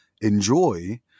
enjoy